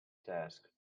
task